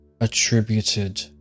attributed